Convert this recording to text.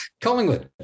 Collingwood